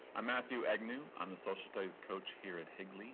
i'm matthew agnew. i'm the social studies coach here at higly